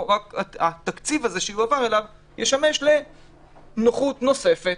אלא שהתקציב הזה שיועבר אליו ישמש לנוחות נוספת.